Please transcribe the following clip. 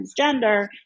transgender